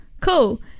cool